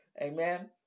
Amen